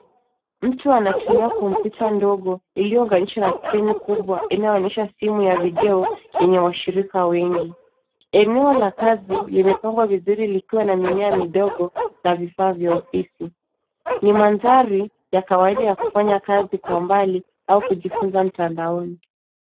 Mtu anatumia kompyuta ndogo iliyo unganishwa na skrini kubwa inayoonyesha simu ya video yenye washirika wengi. Eneo la kazi limepangwa vizuri likiwa na mimea midogo na vifaa vya ofisi. Ni mandhari ya kawaida ya kufanya kazi kwa mbali au kujifunza mtandaoni.